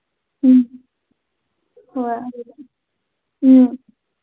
ꯎꯝ ꯍꯣꯏ ꯎꯝ